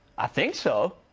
i think so.